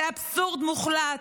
זה אבסורד מוחלט.